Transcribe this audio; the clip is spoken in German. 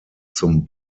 zum